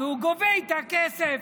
והוא גובה איתה כסף.